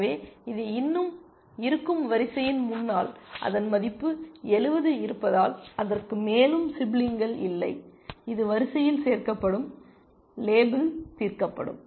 எனவே இது இன்னும் இருக்கும் வரிசையின் முன்னால் அதன் மதிப்பு 70 இருப்பதால் அதற்கு மேலும் சிப்லிங்கள் இல்லை இது வரிசையில் சேர்க்கப்படும் லேபிள் தீர்க்கப்படும்